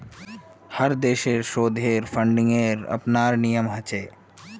हर देशेर शोधेर फंडिंगेर अपनार नियम ह छे